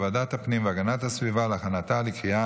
לוועדת הפנים והגנת הסביבה נתקבלה.